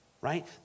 Right